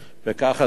וכך עשתה.